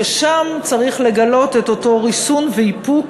ששם צריך לגלות את אותו ריסון ואיפוק,